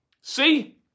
See